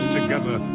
together